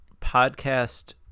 podcast